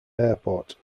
airport